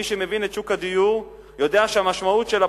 מי שמבין את שוק הדיור יודע שהמשמעות שלה